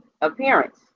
appearance